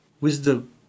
wisdom